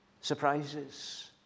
surprises